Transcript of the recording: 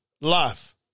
Life